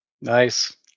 Nice